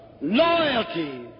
loyalty